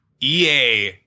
EA